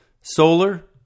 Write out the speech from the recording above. solar